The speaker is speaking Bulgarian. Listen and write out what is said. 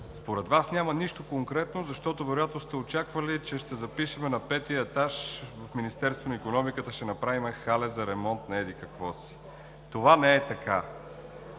Според Вас няма нищо конкретно, защото вероятно сте очаквали, че ще запишем: на петия етаж в Министерството на икономиката ще направим хале за ремонт на еди-какво си. Това не е така.